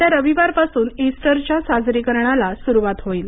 येत्या रविवारपासून इस्टरच्या साजरीकरणाला सुरुवात होईल